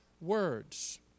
words